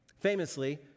Famously